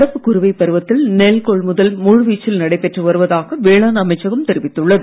நடப்பு குறுவை பருவத்தில் நெல் கொள்முதல் முழுவீச்சில் நடைபெற்று வருவதாக வேளாண் அமைச்சகம் தெரிவித்துள்ளது